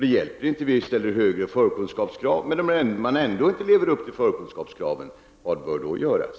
Det hjälper inte att vi ställer högre förkunskapskrav. Om eleverna ändå inte lever upp till dessa, vad bör då göras?